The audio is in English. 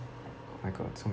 I got so